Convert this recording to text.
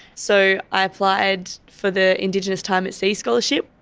so i applied for the indigenous time at sea scholarship.